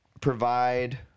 provide